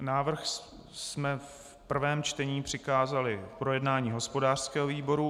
Návrh jsme v prvém čtení přikázali k projednání hospodářskému výboru.